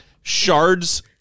shards